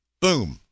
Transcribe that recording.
boom